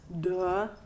Duh